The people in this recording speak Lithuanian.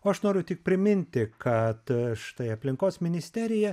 o aš noriu tik priminti kad štai aplinkos ministerija